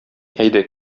әйдә